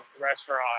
restaurant